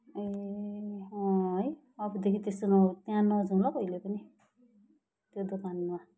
ए अँ है अबदेखि त्यस्तो न त्यहाँ नजाऊँ ल कहिले पनि त्यो दोकानमा